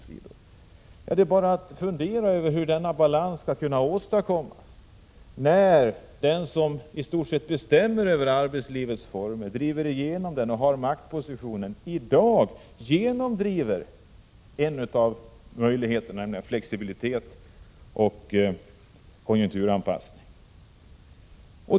Men det gäller bara att fundera över hur denna balans skall kunna åstadkommas, när den som i stort sett bestämmer över formerna för arbetslivet och som har maktpositionen i dag genomdriver en av möjligheterna, nämligen flexibilitet och konjunkturanpassning.